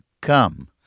come